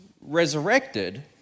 resurrected